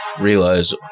realize